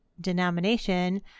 denomination